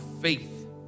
faith